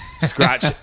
scratch